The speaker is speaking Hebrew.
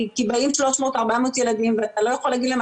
כי באים 300 400 ילדים ואתה לא יכול להגיד להם,